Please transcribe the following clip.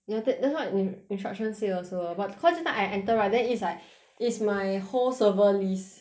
ya th~ that's what instruction say also but cause just now I enter right then is like is my whole server list